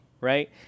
right